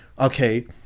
okay